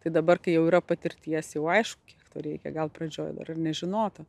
tai dabar kai jau yra patirties jau aišku kiek to reikia gal pradžioj dar ir nežinota